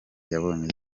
yabonye